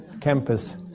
campus